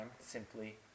simply